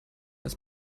das